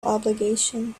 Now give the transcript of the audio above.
obligation